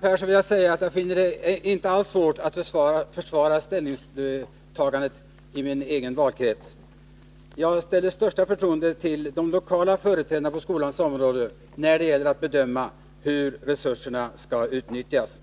Herr talman! Jag vill säga till Göran Persson att jag inte alls finner det svårt att försvara vårt ställningstagande i min egen valkrets. Jag har det största förtroende för de lokala företrädarna på skolans område när det gäller att bedöma hur resurserna skall utnyttjas.